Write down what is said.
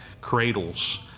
cradles